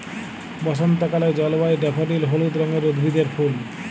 বসন্তকালে জল্ময় ড্যাফডিল হলুদ রঙের উদ্ভিদের ফুল